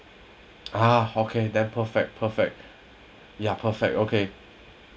ah okay then perfect perfect ya perfect okay